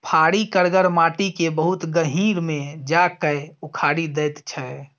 फारी करगर माटि केँ बहुत गहींर मे जा कए उखारि दैत छै